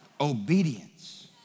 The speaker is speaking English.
Obedience